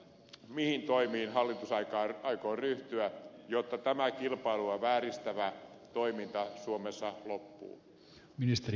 mihin toimiin hallitus aikoo ryhtyä jotta tämä kilpailua vääristävä toiminta suomessa loppuu